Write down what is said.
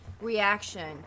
reaction